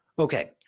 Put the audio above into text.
Okay